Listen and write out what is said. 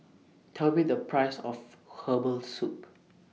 Tell Me The Price of Herbal Soup